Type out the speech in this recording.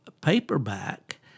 paperback